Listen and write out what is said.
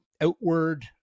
outward